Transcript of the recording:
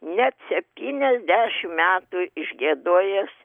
net septyniasdešim metų išgiedojęs